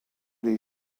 les